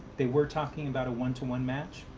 they were talking about a one to one match.